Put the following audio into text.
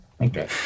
Okay